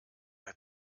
hat